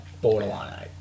borderline